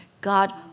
God